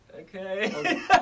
okay